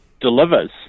delivers